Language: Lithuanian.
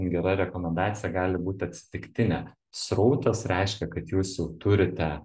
gera rekomendacija gali būti atsitiktinė srautas reiškia kad jūs jau turite